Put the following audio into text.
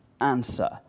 answer